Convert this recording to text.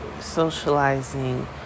socializing